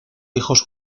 hijos